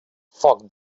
foc